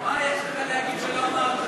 עיסאווי, מה יש לך להגיד שלא אמרת?